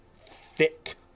thick